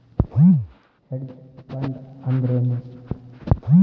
Hedge fund ಅಂದ್ರೇನು?